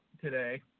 today